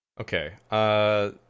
Okay